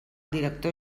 director